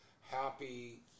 happy